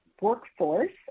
workforce